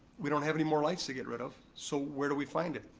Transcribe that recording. we don't have any more lights to get rid of, so where do we find it?